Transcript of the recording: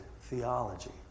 theology